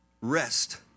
rest